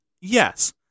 Yes